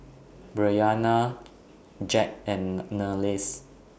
Bryana Jacque and Niles